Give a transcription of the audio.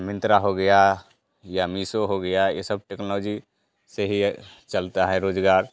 मिंत्रा हो गया या मीसो हो गया ये सब टेक्नोलॉजी से ही ये चलता है रोज़गार